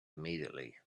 immediately